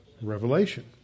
Revelation